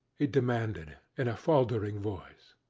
he demanded, in a faltering voice.